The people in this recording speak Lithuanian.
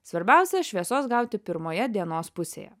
svarbiausia šviesos gauti pirmoje dienos pusėje